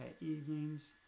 evenings